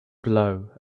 blow